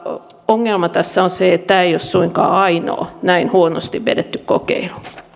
ongelma tässä on se että tämä ei ole suinkaan ainoa näin huonosti vedetty kokeilu